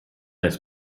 dice